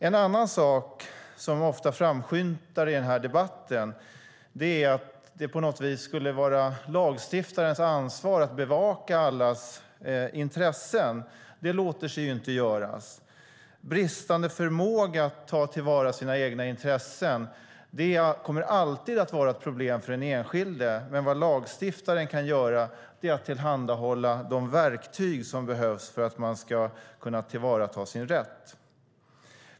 En annan sak som ofta framskymtar i debatten är att det på något sätt skulle vara lagstiftarens ansvar att bevaka allas intressen. Det låter sig inte göras. Bristande förmåga att ta till vara sina egna intressen kommer alltid att vara ett problem för den enskilde, men lagstiftaren kan tillhandahålla de verktyg som behövs så att man kan tillvarata sin rätt.